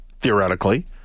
theoretically